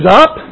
up